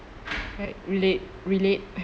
right relate relate